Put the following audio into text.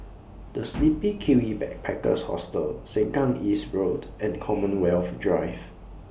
The Sleepy Kiwi Backpackers Hostel Sengkang East Road and Commonwealth Drive